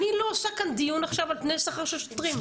אני לא עושה כאן דיון עכשיו על תנאי שכר של שוטרים.